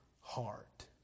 heart